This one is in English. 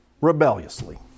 rebelliously